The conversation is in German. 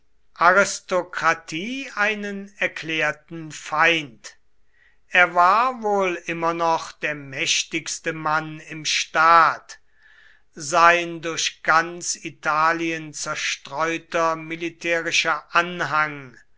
aristokratie einen erklärten feind er war wohl immer noch der mächtigste mann im staat sein durch ganz italien zerstreuter militärischer anhang